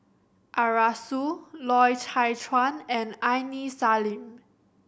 Arasu Loy Chye Chuan and Aini Salim